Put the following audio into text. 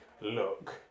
look